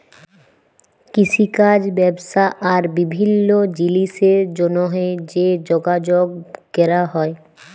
কিষিকাজ ব্যবসা আর বিভিল্ল্য জিলিসের জ্যনহে যে যগাযগ ক্যরা হ্যয়